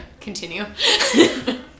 Continue